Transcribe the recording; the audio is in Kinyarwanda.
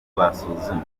basuzuma